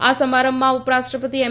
આ સમારંભમાં ઉપરાષ્ટ્રપતિ એમ